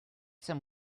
some